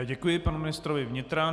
Děkuji panu ministrovi vnitra.